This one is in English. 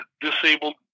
disabled